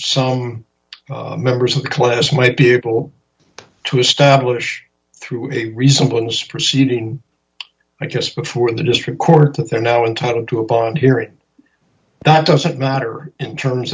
some members of the class may be able to establish through a reasonable xp receding i just before the district court that they're now entitled to a bond hearing that doesn't matter in terms